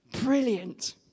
Brilliant